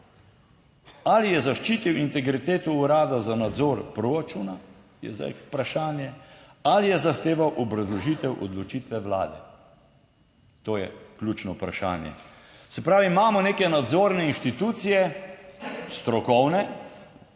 Ali je zaščitil integriteto urada za nadzor proračuna, je zdaj vprašanje. Ali je zahteval obrazložitev odločitve vlade? To je ključno vprašanje. Se pravi, imamo neke nadzorne inštitucije, strokovne,